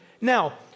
Now